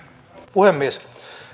puhemies